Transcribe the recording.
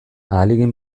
ahalegin